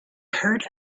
heard